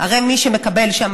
הרי מי שמקבל שם